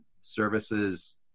Services